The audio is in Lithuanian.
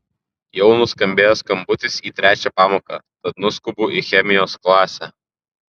jau nuskambėjo skambutis į trečią pamoką tad nuskubu į chemijos klasę